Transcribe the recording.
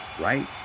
right